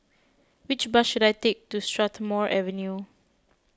which bus should I take to Strathmore Avenue